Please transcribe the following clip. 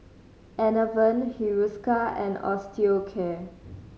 Enervon Hiruscar and Osteocare